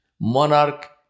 monarch